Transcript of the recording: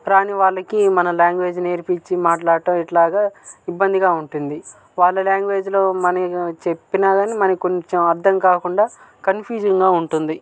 రాని వాళ్ళకి మన లాంగ్వేజ్ నేర్పించి మాట్లాడటం ఇలాగ ఇబ్బందిగా ఉంటుంది వాళ్ళ లాంగ్వేజ్లో మనం చెప్పినగాని మనకు కొంచెం అర్థం కాకుండా కన్ఫ్యూజింగ్గా ఉంటుంది